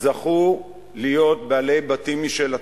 זכו להיות בעלי בתים משל עצמם.